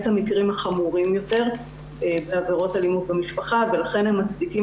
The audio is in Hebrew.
המקרים החמורים יותר בעבירות אלימות במשפחה ולכן הם מצדיקים